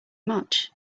much